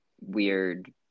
weird